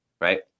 right